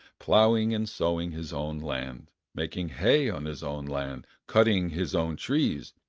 ploughing and sowing his own land, making hay on his own land, cutting his own trees,